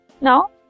Now